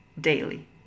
daily